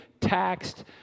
taxed